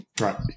Right